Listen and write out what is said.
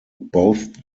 both